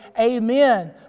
amen